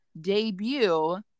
debut